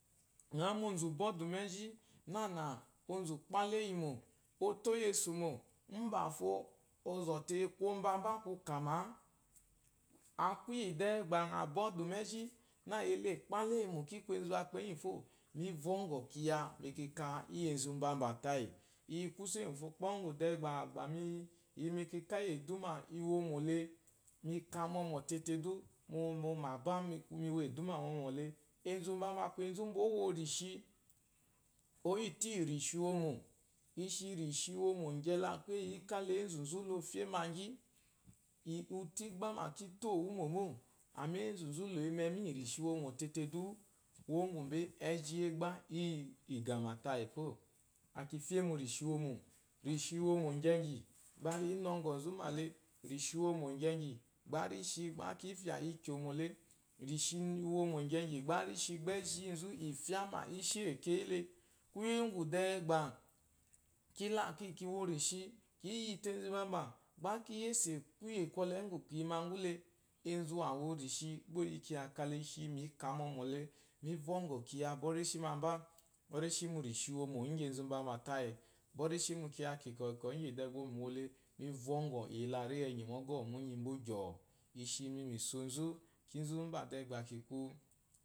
Nghɔma onzu uwu bwɔdu meji nana nghɔma onzu uwu kpala eyi mo, otoyensu ma umbafo ɔzote kombe ba ku kamaa akuye de ba nghɔ bwɔdu meji na ele a kpala eyi ikun enzu wa kpenjyi fi mi vongo kuya mkaka enzu mbamba tayi kuyi kuse ngwufo kpo de ba imi mekaka iya eduma mika momo tete du momo gba mi wo eduma momo le enzu mbamba aku enzu nba a wo rishi oyiotu iyi rishi iwomo ishi rishi yomogyele aku eyi rishi iwomo ishi zu lo fye mangi utu iduma ki toowumomo amma enzuzu loyi memiiyi rishi womo fefe du kuwo ngwu eyi eduma igama tayi fo, laki femu rishi womo, rishi womo gyegyi gba ri nɔngɔnzu male rishi womo gyegyi gba rishe ifya ikyomo le rishi womo gyegyi gba rishi ejinzu infyama ishe kiyi le, kuye ngwu de gba ki wo rishi kiyite enzu mbamba gba ki yise kuye kwɔle ngwu kiyi magu e enzu wa wo rishi gba oyi kiya kale mika momo mi vongo kiya bwo reshi mamba bwo reshi mu rishi yi womo igyi enzu bamba tayi bwo reshi mu kiya kunkukunkwɔ igyi owole mi vongu iye iro enyi gyoo ishi mi misonzu enzu mba de ba kiku